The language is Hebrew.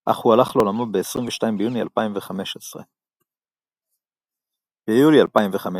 אך הוא הלך לעולמו ב-22 ביוני 2015. ביולי 2015,